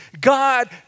god